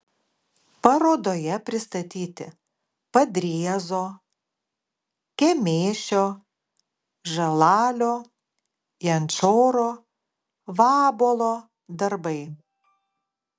parodoje pristatyti padriezo kemėšio žalalio jančoro vabuolo darbai